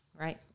Right